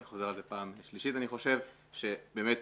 שבאמת,